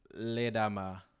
ledama